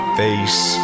face